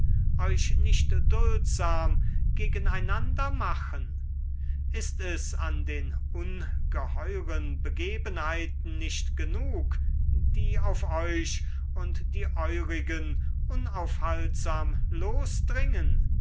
euch nicht duldsam gegeneinander machen ist es an den ungeheuren begebenheiten nicht genug die auf euch und die eurigen unaufhaltsam losdringen